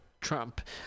Trump